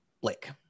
Blake